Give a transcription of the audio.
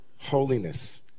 holiness